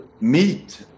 meet